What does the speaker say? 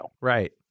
Right